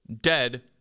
dead